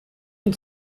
und